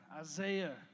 Isaiah